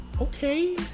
Okay